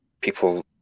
people